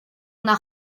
una